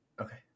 Okay